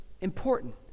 important